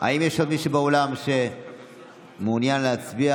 האם יש עוד מישהו באולם שמעוניין להצביע